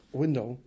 window